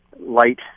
light